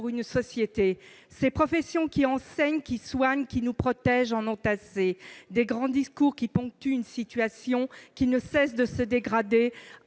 une société. Ces professions qui enseignent, qui soignent, qui nous protègent en ont assez des grands discours qui ponctuent une situation en incessante dégradation,